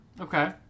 Okay